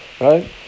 right